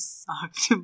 sucked